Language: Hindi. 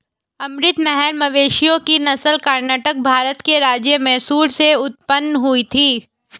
अमृत महल मवेशियों की नस्ल कर्नाटक, भारत के राज्य मैसूर से उत्पन्न हुई थी